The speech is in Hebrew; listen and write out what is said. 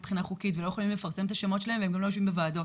מבחינה חוקית ולא יכולים לפרסם את השמות שלהם והם לא יושבים בוועדות.